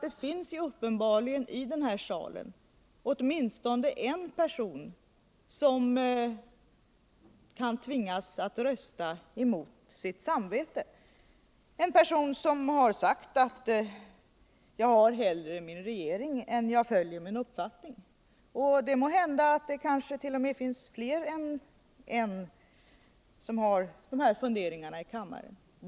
Det finns ju uppenbarligen i den här salen åtminstone en person som kan tvingas rösta mot sitt samvete, en person som har sagt: Jag har hellre min regering än jag följer min uppfattning. Det kan kansket.o.m. hända att det finns fler än en som har de här funderingarna i kammaren.